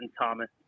Thomas